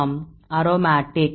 மாணவர் அரோமேட்டிக்